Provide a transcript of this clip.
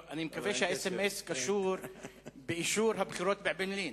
אני מקווה שהאס.אם.אס קשור באישור הבחירות באעבלין.